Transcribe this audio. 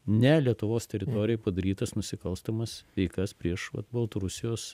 ne lietuvos teritorijoj padarytas nusikalstamas veikas prieš vat baltarusijos